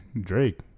Drake